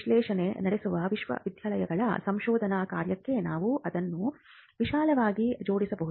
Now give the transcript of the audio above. ವಿಶ್ಲೇಷಣೆ ನಡೆಸುವ ವಿಶ್ವವಿದ್ಯಾಲಯಗಳ ಸಂಶೋಧನಾ ಕಾರ್ಯಕ್ಕೆ ನಾವು ಅದನ್ನು ವಿಶಾಲವಾಗಿ ಜೋಡಿಸಬಹುದು